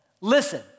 Listen